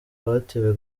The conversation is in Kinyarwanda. batewe